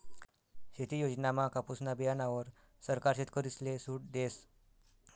शेती योजनामा कापुसना बीयाणावर सरकार शेतकरीसले सूट देस